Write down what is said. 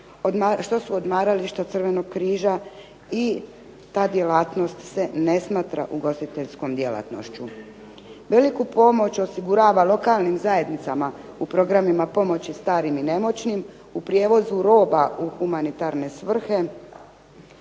što su odmarališta Crvenog križa i ta djelatnost se ne smatra ugostiteljskom djelatnošću. Veliku pomoć osigurava lokalnim zajednicama u programima pomoći starim i nemoćnim, u prijevozu roba u humanitarne svrhe,